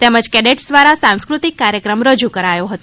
તેમજ કેડેટ્સ દ્વારા સાંસ્કૃતિક કાર્યક્રમ રજુ કરાયો હતો